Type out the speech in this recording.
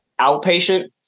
outpatient